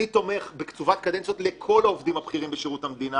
אני תומך בקצובת קדנציות לכל העובדים הבכירים בשירות המדינה.